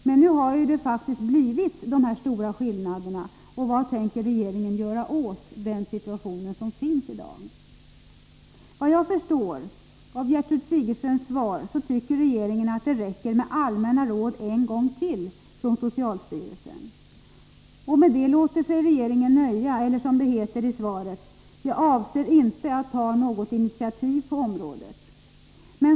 Men nu har det faktiskt blivit sådana stora skillnader. Vad tänker därför regeringen göra åt den situation som finns i dag? Såvitt jag förstår av Gertrud Sigurdsens svar, så tycker regeringen att det räcker med en ny omgång allmänna råd från socialstyrelsen. Med det låter sig regeringen nöja, eller som det heter i svaret: Jag avser inte att ta något initiativ på området.